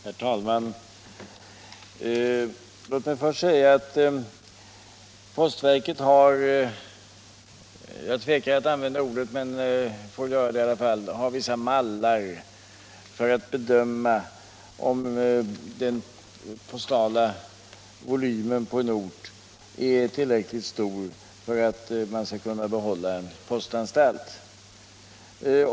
Herr talman! Låt mig först säga att postverket har — jag tvekar att använda uttrycket, men får lov att ändå göra det — vissa mallar för att bedöma om den postala volymen på en ort är tillräckligt stor för att man skall kunna behålla en postanstalt.